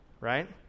Right